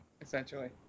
essentially